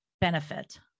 benefit